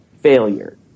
failure